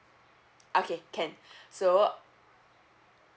okay can so